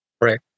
Right